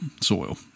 soil